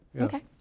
Okay